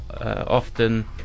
often